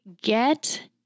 Get